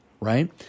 right